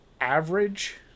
average